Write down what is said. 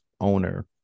owner